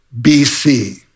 BC